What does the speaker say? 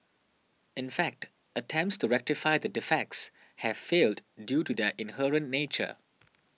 in fact attempts to rectify the defects have failed due to their inherent nature